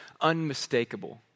unmistakable